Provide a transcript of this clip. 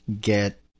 get